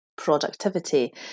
productivity